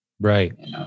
Right